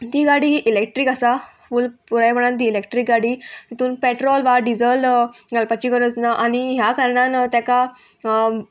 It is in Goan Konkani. ती गाडी इलेक्ट्रीक आसा फूल पुरायपणान ती इलेक्ट्रीक गाडी तितून पेट्रोल वा डिजल घालपाची गरज ना आनी ह्या कारणान तेका